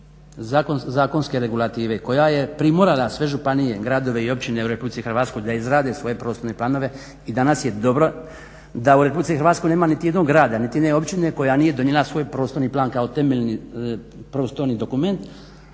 zakonske regulative koja je primorana sve županije, gradove i općine u RH da izrade svoje prostorne planove i danas je dobro da u RH nema niti jednog grada niti jedne općine koja nije donijela svoj prostorni plan kao temeljni prostorni dokument